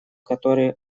которые